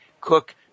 Cook